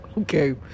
Okay